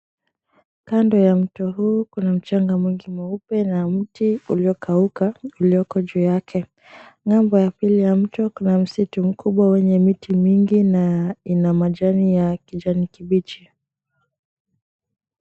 Kando ya mto huu, kuna mchanga mwingi mweupe na mti ulio kauka ulioko juu yake. Ng’ambo ya pili ya mto, kuna msitu mkubwa wenye miti mingi yenye majani ya kijani kibichi.